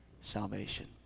salvation